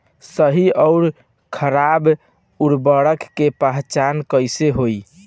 सही अउर खराब उर्बरक के पहचान कैसे होई?